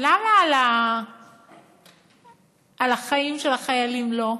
למה על החיים של החיילים לא?